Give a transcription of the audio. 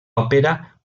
òpera